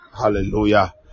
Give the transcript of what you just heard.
hallelujah